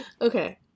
okay